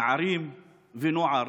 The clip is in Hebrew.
נערים ונוער,